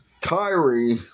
Kyrie